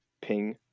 Ping